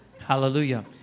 Hallelujah